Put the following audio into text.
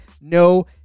no